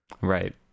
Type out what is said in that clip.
Right